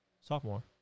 sophomore